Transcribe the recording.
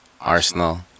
Arsenal